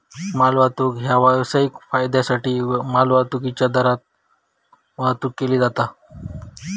मालवाहतूक ह्या व्यावसायिक फायद्योसाठी मालवाहतुकीच्यो दरान वाहतुक केला जाता